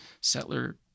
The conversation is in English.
settler